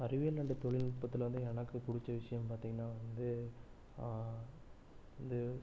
அறிவியல் அண்டு தொழில்நுட்பத்தில் வந்து எனக்கு பிடிச்ச விஷயம்னு பார்த்திங்கனா வந்து வந்து